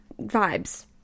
vibes